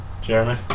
Jeremy